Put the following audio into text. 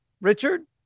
Richard